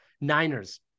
Niners